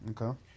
Okay